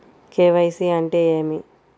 KYC అంటే ఏమి?